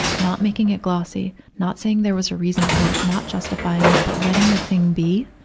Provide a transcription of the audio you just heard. not making it glossy, not saying there was a reason for it, not justifying it, but letting the thing be.